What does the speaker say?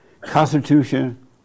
Constitution